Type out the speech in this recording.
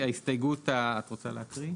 ההסתייגות, את רוצה להקריא?